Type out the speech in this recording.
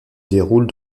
déroule